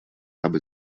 aby